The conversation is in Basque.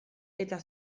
eta